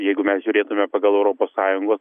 jeigu mes žiūrėtume pagal europos sąjungos